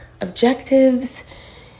objectives